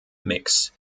mix